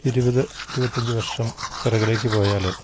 ഇരുപത് ഇരുപത്തഞ്ച് വർഷം പിറകിലേക്ക് പോയാൽ